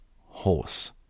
horse